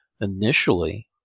initially